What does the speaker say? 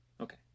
Okay